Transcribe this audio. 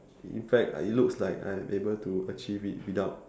in fact it looks like I'm able to achieve it without